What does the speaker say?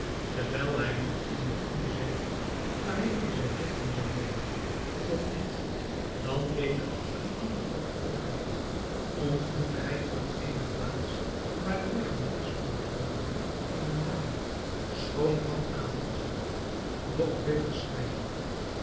terwijl hij nu in het onzekere waarheen hij zijne rigting zou nemen dan dit dan weder een ander pad opreed ontmoette hij op eene plaats waar de weg een driesprong vormde eene dame schoon van aangezigt doch bitter schreijende